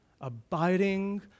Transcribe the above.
abiding